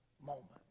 moment